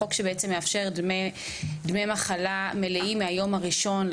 החוק הזה מאפשר דמי מחלה מלאים מהיום הראשון,